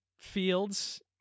fields